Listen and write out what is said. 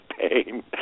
pain